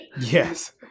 yes